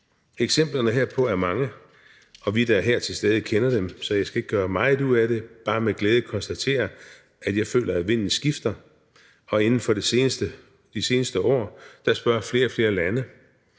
Eksemplerne herpå er mange, og os, der er til stede her, kender dem, så jeg skal ikke gøre meget ud af det, men bare med glæde konstatere, at jeg føler, at vinden skifter. Inden for de seneste år spørger flere og flere lande,